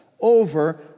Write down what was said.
over